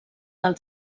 del